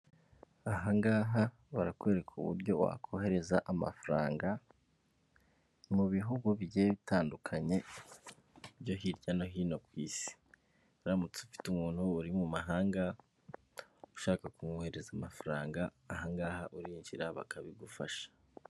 Ahangaha barakwereka uburyo wakohereza amafaranga mu bihugu bijyiye bitandukanye byo hirya no hino ku isi. Uramutse ufite umuntu uri mu mahanga ushaka kumwohererereza amafaranga, ahangaha urinjira bakabigufasha.